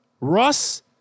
Russ